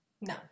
No